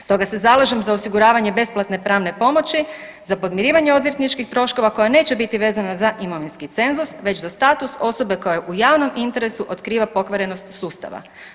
Stoga se zalažem za osiguravanje besplatne pravne pomoći za podmirivanje odvjetničkih troškova koja neće biti vezana za imovinski cenzus već za status osobe koja u javnom interesu otkriva pokvarenost sustava.